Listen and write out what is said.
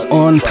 on